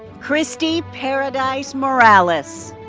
kristy paradise morales.